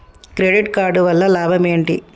Credit card వల్ల లాభం ఏంటి?